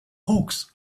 hawks